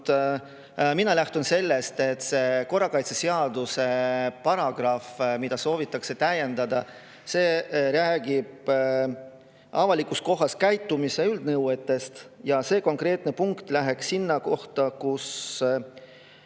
Mina lähtun sellest, et see korrakaitseseaduse paragrahv, mida soovitakse täiendada, räägib avalikus kohas käitumise üldnõuetest. See konkreetne punkt läheks sinna kohta, kus